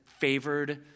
favored